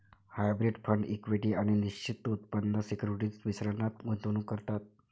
hybrid fund equity आणि निश्चित उत्पन्न सिक्युरिटीज मिश्रणात गुंतवणूक करतात